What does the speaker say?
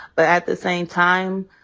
but at the same time,